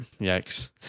Yikes